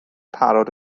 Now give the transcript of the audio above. parod